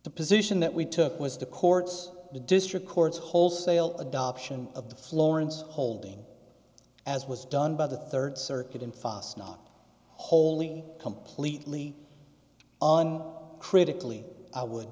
the position that we took was the courts the district courts wholesale adoption of the florence holding as was done by the third circuit in foss not wholly completely on critically i would